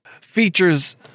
Features